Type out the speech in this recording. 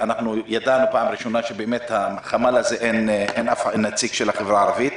שידענו פעם ראשונה שבחמ"ל הזה אין אף נציג של החברה הערבית.